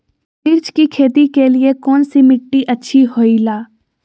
मिर्च की खेती के लिए कौन सी मिट्टी अच्छी होईला?